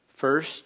first